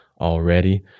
already